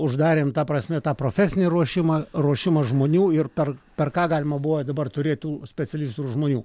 uždarėm ta prasme tą profesinį ruošimą ruošimą žmonių ir per per ką galima buvo dabar turėt tų specialistų žmonių